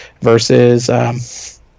versus